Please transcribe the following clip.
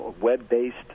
web-based